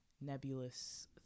nebulous